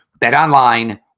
Betonline